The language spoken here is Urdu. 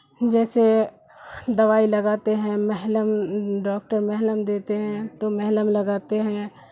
جیسے دوائی لگاتے ہیں مرہم ڈاکٹر مرہم دیتے ہیں تو مرہم لگاتے ہیں